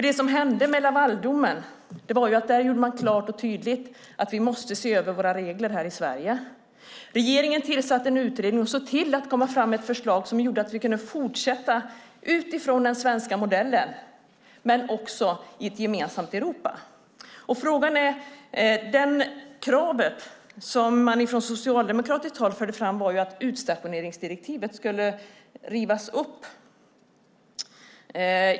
Det som hände i och med Lavaldomen var att man gjorde klart och tydligt att vi måste se över våra regler här i Sverige. Regeringen tillsatte en utredning och såg till att komma fram med ett förslag som gjorde att vi kunde fortsätta utifrån den svenska modellen men också i ett gemensamt Europa. Man måste ställa sig en fråga. Kravet som man förde fram från Socialdemokratiskt håll var att utstationeringsdirektivet skulle rivas upp.